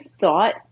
thought